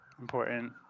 Important